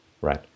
right